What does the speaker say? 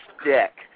stick